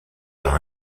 par